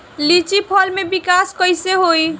लीची फल में विकास कइसे होई?